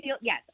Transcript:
yes